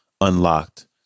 Unlocked